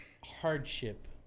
hardship